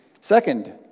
Second